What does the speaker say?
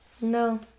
No